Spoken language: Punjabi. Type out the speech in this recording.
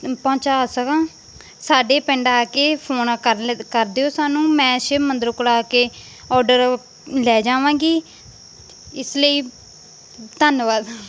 ਪਹੁੰਚਾ ਸਕਾਂ ਸਾਡੇ ਪਿੰਡ ਆ ਕੇ ਫੋਨ ਕਰ ਲਓ ਕਰ ਦਿਓ ਸਾਨੂੰ ਮੈਂ ਸ਼ਿਵ ਮੰਦਿਰ ਕੋਲ ਆ ਕੇ ਆਰਡਰ ਲੈ ਜਾਵਾਂਗੀ ਇਸ ਲਈ ਧੰਨਵਾਦ